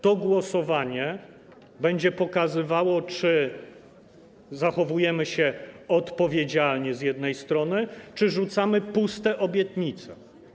To głosowanie będzie pokazywało, czy zachowujemy się odpowiedzialnie z jednej strony, czy rzucamy puste obietnice.